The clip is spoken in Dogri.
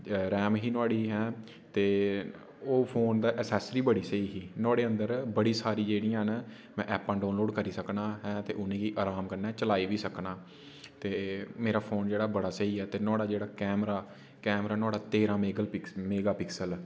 रैम ही नोहड़ी हैं ते ओह् फोन दे ऐसैसरी बड़ी स्हेई ही नोहाड़े अंदर बड़ी सारी जेह्ड़िया न ऐपां डाउनलोड करी सकनां ऐ ते उनेंगी अराम क'न्ने चलाई बी सकना ते मेरा फोन जेह्ड़ा बड़ा स्हेई ऐ ते नुहाड़ा जेह्ड़ा कैमरा कैमरा नोहाड़ा तेरां मेगा पिक्सल ऐ